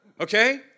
Okay